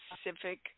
specific